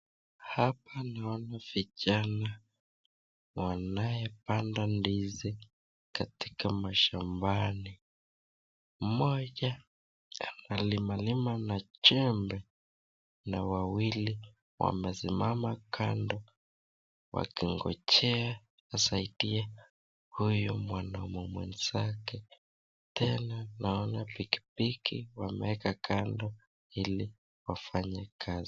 Hapa naona vijana wanaepanda ndizi , katika mashambani, moja analima lima na jembe na wawili wamesimama kando wakingojea wasaidie huyu mwanaume mwenzake tena naona pikipiki wamewekwa kando ili wafanyie kazi.